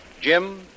Jim